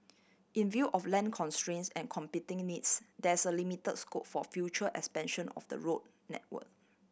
in view of land constraints and competing needs there is a limit scope for future expansion of the road network